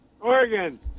Oregon